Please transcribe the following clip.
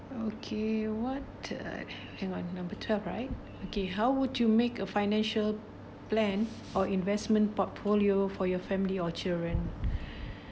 okay what uh hang on number twelve right okay how would you make a financial plan or investment portfolio for your family or children